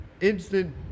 Instant